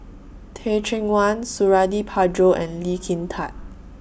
Teh Cheang Wan Suradi Parjo and Lee Kin Tat